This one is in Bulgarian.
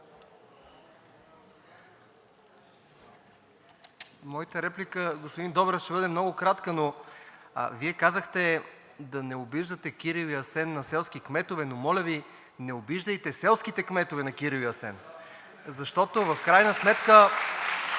Моята реплика, господин Добрев, ще бъде много кратка, но Вие казахте да не обиждате Кирил и Асен на селски кметове, но моля Ви, не обиждайте селските кметове на Кирил и Асен, защото в крайна сметка…